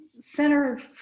Center